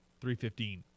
315